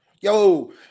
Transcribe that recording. Yo